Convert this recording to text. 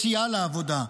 יציאה לעבודה,